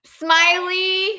smiley